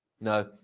No